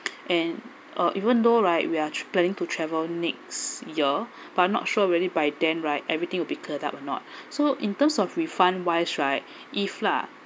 and uh even though right we are planning to travel next year but I'm not sure will it by then right everything will be curled up or not so in terms of refund wise right if lah